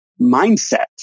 mindset